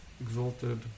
exalted